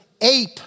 ape